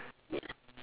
yup